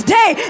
day